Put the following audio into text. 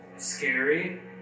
Scary